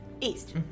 East